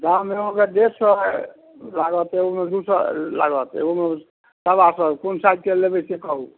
दाम एगोके डेढ़ सए लागत एगोके दू सए लागत एगोके सवा सए कोन साइजके लेबै से कहू